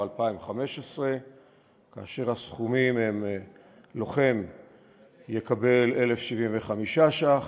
2015. הסכומים: לוחם יקבל 1,075 ש"ח,